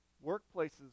workplace's